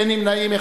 אין נמנעים,